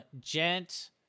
Gent